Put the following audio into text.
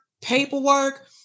paperwork